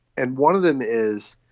and one of them is.